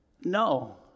No